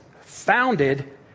founded